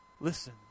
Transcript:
listen